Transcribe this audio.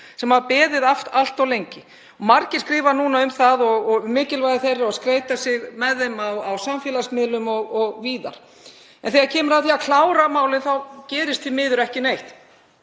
sem hafa beðið allt of lengi. Margir skrifa um mikilvægi þeirra og skreyta sig með þeim á samfélagsmiðlum og víðar. En þegar kemur að því að klára málið gerist því miður ekki neitt.